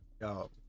Yo